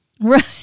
Right